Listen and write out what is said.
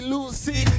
Lucy